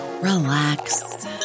relax